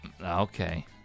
Okay